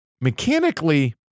mechanically